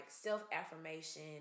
self-affirmation